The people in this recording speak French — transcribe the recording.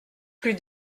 plus